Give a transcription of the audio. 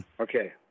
Okay